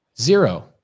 zero